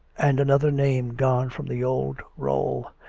and another name gone from the old roll.